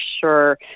sure